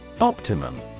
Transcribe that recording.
Optimum